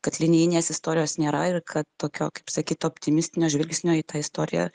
kad linijinės istorijos nėra ir kad tokio kaip sakyt optimistinio žvilgsnio į tą istoriją